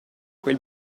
quel